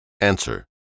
Answer